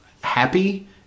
happy